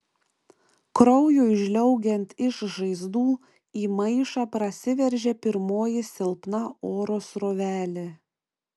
kraujui žliaugiant iš žaizdų į maišą prasiveržė pirmoji silpna oro srovelė